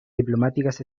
diplomáticas